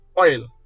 oil